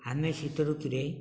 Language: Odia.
ଆମେ ଶୀତ ଋତୁରେ